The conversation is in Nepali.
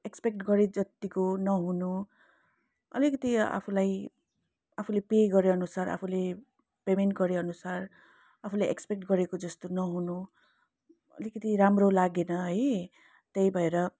एक्सपेक्ट गरे जत्तिको नहुनु अलिकति आफूलाई आफूले पे गरे अनुसार आफूले पेमेन्ट गरे अनुसार आफूले एक्सपेक्ट गरेको जस्तो नहुनु अलिकति राम्रो लागेन है त्यही भएर